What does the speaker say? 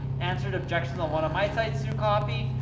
answered objections on one of my sites through copy,